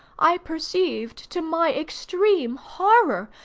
i perceived, to my extreme horror,